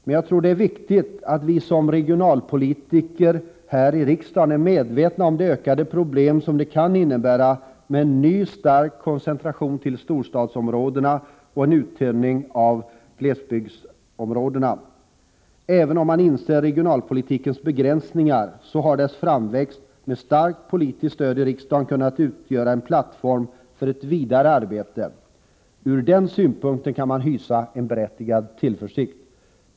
Men jag tror det är viktigt att vi som regionalpolitiker här i riksdagen är medvetna om de ökade problem som det kan innebära med en ny stark koncentration till storstadsområdena och en uttunning av glesbygdsområdena. Även om man inser regionalpolitikens begränsningar, har dess framväxt med starkt politiskt stöd i riksdagen kunnat utgöra en plattform för ett vidare arbete. Från den synpunkten kan man hysa en berättigad tillförsikt.